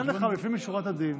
הוא נתן לך לפנים משורת הדין.